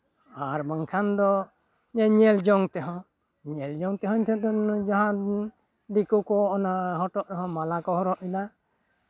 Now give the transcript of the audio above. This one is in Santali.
ᱟᱨ ᱵᱟᱝᱠᱷᱟᱱ ᱫᱚ ᱧᱮᱧᱮᱞ ᱡᱚᱝ ᱛᱮᱦᱚᱸ ᱧᱮᱞ ᱡᱚᱝ ᱛᱮᱦᱚᱸ ᱤᱧ ᱴᱷᱮᱱ ᱫᱚ ᱱᱩᱱᱟᱹᱝ ᱡᱟᱦᱟᱸ ᱫᱤᱠᱩ ᱠᱚ ᱦᱚᱴᱚᱜ ᱨᱮᱦᱚᱸ ᱢᱟᱞᱟ ᱠᱚ ᱦᱚᱨᱚᱜ ᱮᱫᱟ